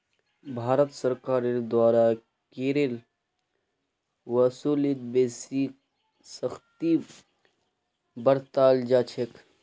भारत सरकारेर द्वारा करेर वसूलीत बेसी सख्ती बरताल जा छेक